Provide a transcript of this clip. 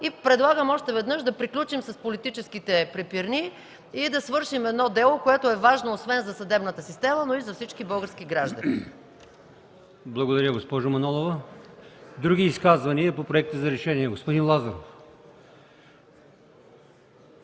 Предлагам още веднъж да приключим с политическите препирни и да свършим едно дело, което е важно освен за съдебната система, но и за всички български граждани. ПРЕДСЕДАТЕЛ АЛИОСМАН ИМАМОВ: Благодаря, госпожо Манолова. Други изказвания по Проекта за решение? Господин Лазаров.